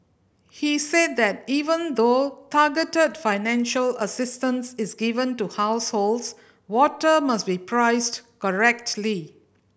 he said that even though targeted financial assistance is given to households water must be priced correctly